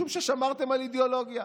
משום ששמרתם על אידיאולוגיה,